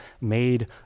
made